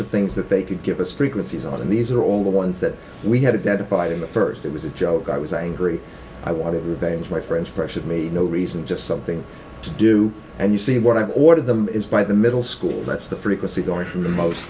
of things that they could give us frequencies on and these are all the ones that we had that applied in the first it was a joke i was angry i want revenge my friends pressured me no reason just something to do and you see what i ordered them is by the middle school that's the frequency going from the most